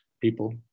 People